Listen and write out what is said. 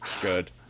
Good